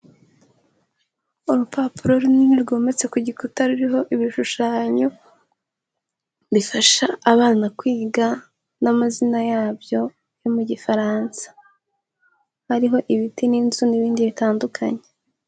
Urupapuro runini rwometse ku gikuta ruriho ibishushanyo bifasha abana kwiga n'amazina yabyo yo mu Gifaransa, hariho ibiti n'inzu n'ibindi bitandukanye.